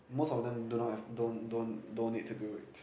most of them do not have don't don't don't need to do it